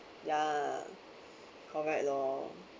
ya correct lor